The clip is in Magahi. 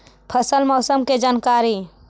फसल मौसम के जानकारी?